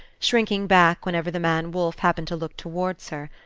shrinking back whenever the man wolfe happened to look towards her.